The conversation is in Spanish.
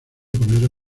poner